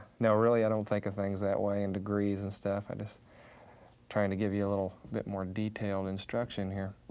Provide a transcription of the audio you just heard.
no, really i don't think of things that way in degrees and stuff. i'm just trying to give you a little bit more detailed instruction here.